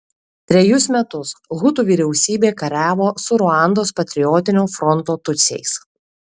trejus metus hutų vyriausybė kariavo su ruandos patriotinio fronto tutsiais